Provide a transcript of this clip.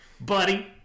buddy